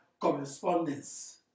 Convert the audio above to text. correspondence